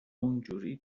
اونجوری